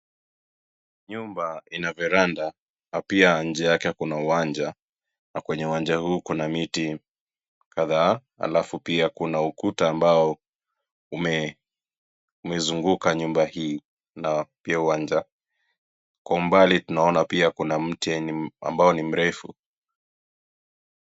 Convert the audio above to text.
Nyumba ina veranda na pia nje yake kuna uwanja na kwenye uwanja huu kuna miti kadhaa alafu pia kuna ukuta ambao umezunguka nyumba hii na pia uwanja, kwa umbali tunaona pia kuna mti yenye ambayo ni mrefu.